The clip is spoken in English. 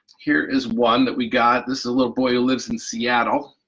here is one that we got this is a little boy who lives in seattle,